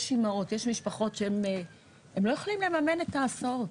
יש אמהות, יש משפחות שלא יכולים לממן את ההסעות.